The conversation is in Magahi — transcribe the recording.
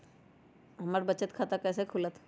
हमर बचत खाता कैसे खुलत?